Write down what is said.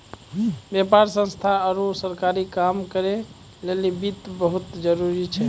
व्यापार संस्थान आरु सरकारी काम करै लेली वित्त बहुत जरुरी छै